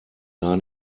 gar